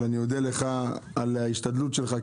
אבל אני אודה לך על ההשתדלות שלך,